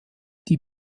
die